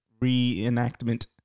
reenactment